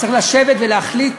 שצריך לשבת ולהחליט